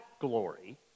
glory